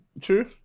true